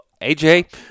AJ